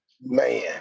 Man